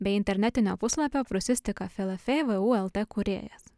bei internetinio puslapio prūsistika flf vu lt kūrėjas